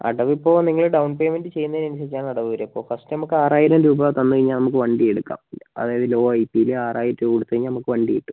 അടവ് ഇപ്പോൾ നിങ്ങള് ഡൗൺ പേയ്മെൻറ്റ് ചെയ്യുന്നേന് അനുസരിച്ച് ആണ് അടവ് വെരാ ഇപ്പോൾ ഫസ്റ്റ് നമ്മക്ക് ആറായിരം രൂപ തന്ന് കഴിഞ്ഞാൽ നമുക്ക് വണ്ടി എടുക്കാം അതായത് ലോ എയ്റ്റീല് ആറായിരം രൂപ കൊടുത്ത് കഴിഞ്ഞാൽ നമുക്ക് വണ്ടി കിട്ടും